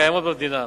הקיימות במדינה.